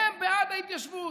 הם בעד ההתיישבות.